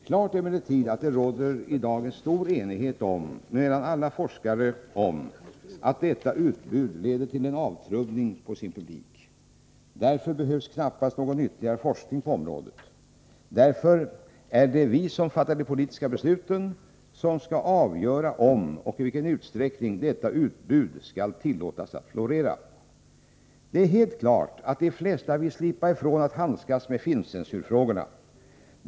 Klart är emellertid att det i dag råder stor enighet mellan alla forskare om att utbudet av våldsfilmer leder till en avtrubbning av sin publik. Därför behövs knappast någon ytterligare forskning på området. Därför är det vi som fattar de politiska besluten som skall avgöra om — och i vilken utsträckning — detta utbud skall tillåtas att florera. Det är helt klart att de flesta vill slippa ifrån att handskas med filmcensurfrågorna.